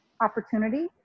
opportunity